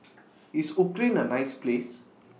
IS Ukraine A nice Place